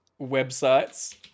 Websites